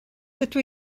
dydw